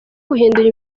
guhindura